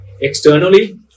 Externally